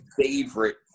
favorite